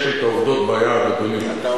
יש לי העובדות ביד, אדוני.